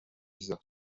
mibereho